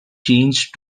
changed